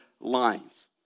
lines